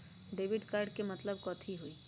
Debit card के मतलब कथी होई?